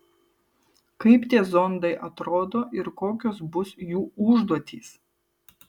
kaip tie zondai atrodo ir kokios bus jų užduotys